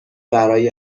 برای